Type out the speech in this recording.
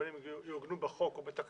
ובין אם יעוגנו בחוק או בתקנות,